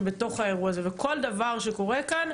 וכל דבר שקורה כאן,